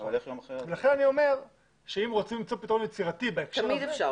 לכן אני אומר שאם רוצים למצוא פתרון יצירתי בהקשר הזה,